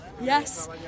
yes